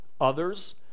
others